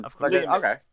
okay